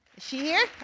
she here? ah,